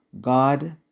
God